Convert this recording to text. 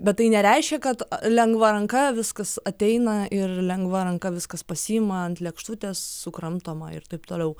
bet tai nereiškia kad lengva ranka viskas ateina ir lengva ranka viskas pasiima ant lėkštutės sukramtoma ir taip toliau